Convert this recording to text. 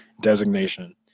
designation